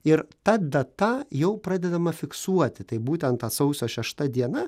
ir ta data jau pradedama fiksuoti tai būtent ta sausio šešta diena